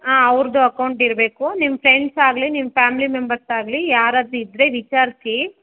ಹಾಂ ಅವ್ರದ್ದೂ ಅಕೌಂಟ್ ಇರಬೇಕು ನಿಮ್ಮ ಫ್ರೆಂಡ್ಸ್ ಆಗಲಿ ನಿಮ್ಮ ಫ್ಯಾಮ್ಲಿ ಮೆಂಬರ್ಸ್ ಆಗಲಿ ಯಾರಾದ್ರಿದ್ದರೆ ವಿಚಾರಿಸಿ